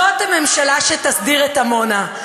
זאת הממשלה שתסדיר את עמונה.